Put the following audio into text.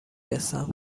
رسم